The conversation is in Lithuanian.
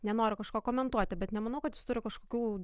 nenoriu kažko komentuoti bet nemanau kad jis turi kažkokių